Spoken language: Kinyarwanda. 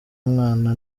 umwana